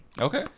Okay